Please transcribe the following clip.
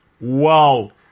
wow